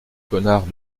connard